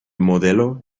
modelo